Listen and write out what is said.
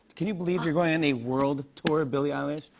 can you believe you're going on a world tour, billie eilish,